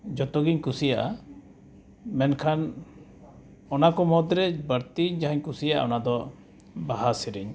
ᱡᱚᱛᱚᱜᱮᱧ ᱠᱩᱥᱤᱭᱟᱜᱼᱟ ᱢᱮᱱᱠᱷᱟᱱ ᱚᱱᱟᱠᱚ ᱢᱩᱫᱽᱨᱮ ᱵᱟᱹᱲᱛᱤ ᱡᱟᱦᱟᱧ ᱠᱩᱥᱤᱭᱟᱜᱼᱟ ᱚᱱᱟᱫᱚ ᱵᱟᱦᱟ ᱥᱮᱨᱮᱧ